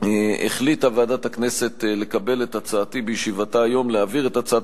החליטה ועדת הכנסת לקבל את הצעתי בישיבתה היום להעביר את הצעת